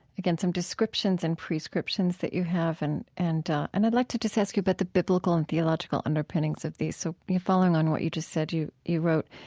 again, some descriptions and prescriptions that you have and and and i'd like to just ask you about the biblical and theological underpinnings of these. so following on what you just said, you you wrote,